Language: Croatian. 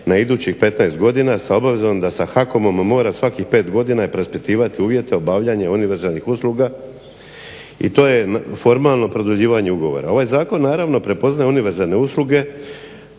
na idućih 15 godina sa obavezom da sa HAKOM-om mora svakih pet godina preispitivati uvjete o obavljanju univerzalnih usluga i to je formalno produljivanje ugovora. Ovaj zakon naravno prepoznaje univerzalne usluge